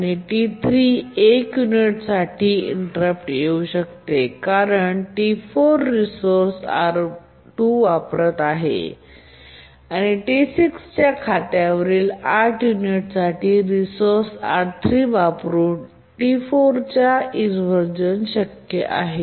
आणि T3 1 युनिट्सचे interrupt येऊ शकते कारण T4 रिसोर्स R2 वापरत आहे आणि T6 खात्यावरील 8 युनिटसाठी रिसोर्स R3 वापरुन T4 च्या इन्व्हरझन शक्य आहे